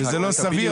זה לא סביר,